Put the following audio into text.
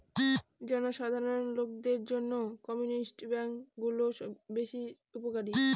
জনসাধারণ লোকদের জন্য কমিউনিটি ব্যাঙ্ক গুলো বেশ উপকারী